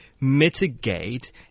mitigate